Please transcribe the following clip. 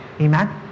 Amen